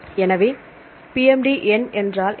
எனவே PMD எண் என்றால் என்ன